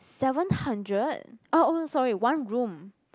seven hundred uh oh sorry one room